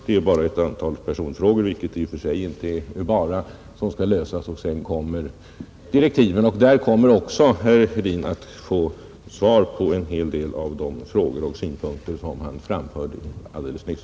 Det är bara ett antal personfrågor — vilket i och för sig inte är bara — som skall lösas, och sedan publiceras direktiven. Där kommer herr Hedin också att få svar på en hel del av de frågor och synpunkter som han framförde alldeles nyss.